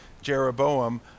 Jeroboam